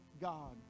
God